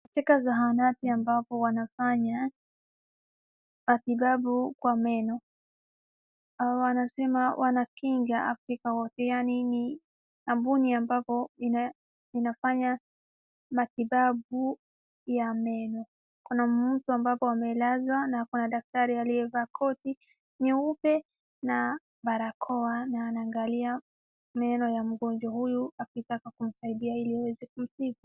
Katika zahanati ambapo wanafanya matibabu kwa meno, au wanasema wanakinga afya yao, yaani ni kampuni ambapo inafanya matibabu ya meno, kuna mtu ambapo amelazwa na ako na daktari amabapo amevaa koti nyeupe na barakoa, na anaangalia meno ya mgonjwa huyu akitaka kumsaidia ili aweze kumtibu.